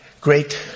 great